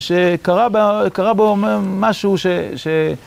שקרה בה, קרה בו, משהו ש... ש...